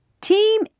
Team